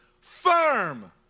firm